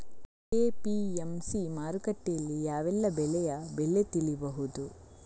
APMC ಮಾರುಕಟ್ಟೆಯಲ್ಲಿ ಯಾವೆಲ್ಲಾ ಬೆಳೆಯ ಬೆಲೆ ತಿಳಿಬಹುದು?